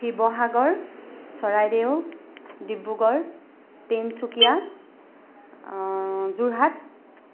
Sivasagar Charaideo Dibrugarh Tinsukia Jorhat